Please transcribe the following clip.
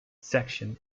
section